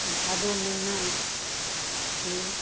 भादो महिना छी